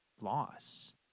loss